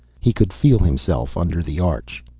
he could feel himself under the arch.